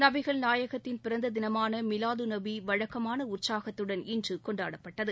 நபிகள் நாயகத்தின் பிறந்த தினமான மிலாது நபி வழக்கமான உற்சாகத்துடள் இன்று கொண்டாடப்பட்டது